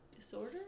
disorder